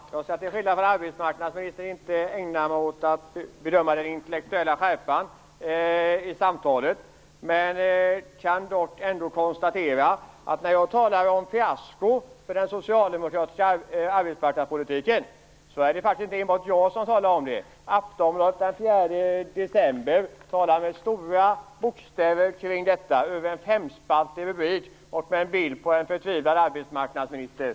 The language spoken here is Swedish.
Herr talman! Jag skall till skillnad från arbetsmarknadsministern inte ägna mig åt att bedöma den intellektuella skärpan i samtalet. Jag kan dock konstatera att det inte enbart är jag som talar om fiasko för den socialdemokratiska arbetsmarknadspolitiken. I Aftonbladet den 4 december skriver man med stora bokstäver om detta, över en femspaltig rubrik och med en bild på en förtvivlad arbetsmarknadsminister.